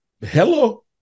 Hello